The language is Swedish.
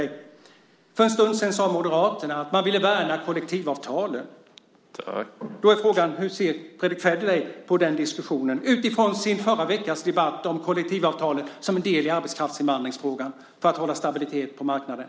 För en stund sedan sade Moderaterna att man ville värna kollektivavtalen. Hur ser Fredrick Federley på den diskussionen utifrån förra veckans debatt om kollektivavtalen som en del i arbetskraftsinvandringsfrågan för att hålla stabilitet på marknaden?